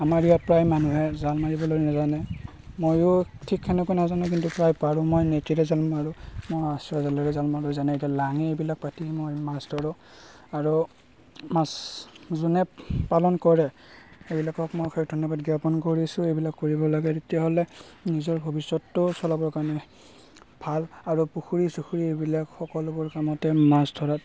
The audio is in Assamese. আমাৰ ইয়াত প্ৰায় মানুহে জাল মাৰিবলৈ নেজানে ময়ো ঠিক সেনেকৈ নাজানো কিন্তু প্ৰায় পাৰোঁ মই নেটেৰে জাল মাৰোঁ মাছৰ জালেৰে জাল মাৰোঁ যেনেকৈ লাঙি এইবিলাক পাতি মই মাছ ধৰোঁ আৰু মাছ যোনে পালন কৰে সেইবিলাকক মই অশেষ ধন্যবাদ জ্ঞাপন কৰিছোঁ এইবিলাক কৰিব লাগে তেতিয়া হ'লে নিজৰ ভৱিষ্যতটো চলাবৰ কাৰণে ভাল আৰু পুখুৰী চুখুৰী এইবিলাক সকলোবোৰ কামতে মাছ ধৰাত